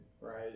right